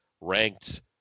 ranked